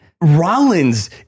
Rollins